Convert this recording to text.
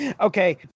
okay